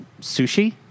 Sushi